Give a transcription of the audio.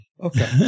Okay